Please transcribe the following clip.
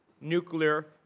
nuclear